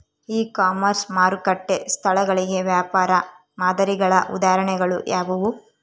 E commerce ಮಾರುಕಟ್ಟೆ ಸ್ಥಳಗಳಿಗೆ ವ್ಯಾಪಾರ ಮಾದರಿಗಳ ಉದಾಹರಣೆಗಳು ಯಾವುವು?